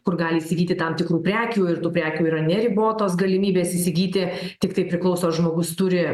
kur gali įsigyti tam tikrų prekių ir tų prekių yra neribotos galimybės įsigyti tiktai priklauso žmogus turi